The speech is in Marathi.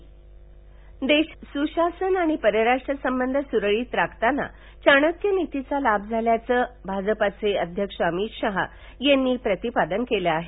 शहा देशात सुशासन आणि परराष्ट्र संबध सुरळीत राखताना चाणक्यनीतीचा लाभ झाल्याचं भाजपाचे अध्यक्ष अमित शहा यांनी प्रतिपादन केलं आहे